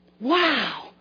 Wow